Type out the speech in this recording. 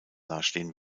dastehen